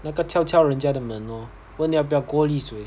那个敲敲人家的门咯问要不要锅里水